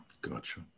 Gotcha